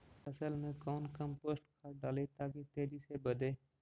फसल मे कौन कम्पोस्ट खाद डाली ताकि तेजी से बदे?